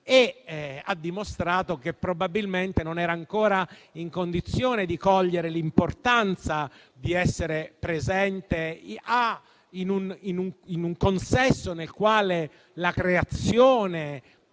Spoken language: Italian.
e ha dimostrato che probabilmente non era ancora nella condizione di cogliere l'importanza di essere presente in un consesso nel quale la creazione